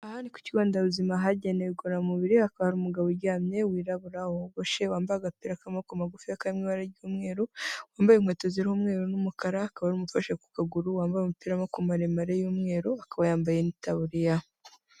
Aha ni ku kigonderabuzima hagenewe igororamubiri, hakaba hari umugabo uryamye, wirabura, wogoshe, wambaye agapira k'amako magufiya kari mu ibara ry'umweru, wambaye inkweto ziriho umweru n'umukara, hakaba hari umuntu umufashe ku kaguru wambaye umupira w'amaboko maremare y'umweru, akaba yambaye n'itaburiya.